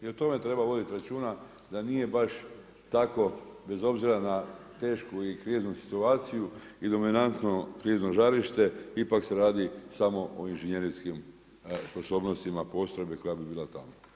I o tome treba voditi računa da nije baš tako bez obzira na tešku i kriznu situaciju i dominantno krizno žarište, ipak se radi samo o inženjerijskim sposobnostima postrojbe koja bi bila tamo.